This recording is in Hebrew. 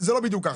זה לא בדיוק ככה.